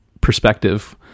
perspective